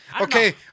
Okay